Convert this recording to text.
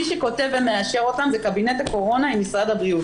מי שכותב ומאשר אותן זה קבינט הקורונה עם משרד הבריאות,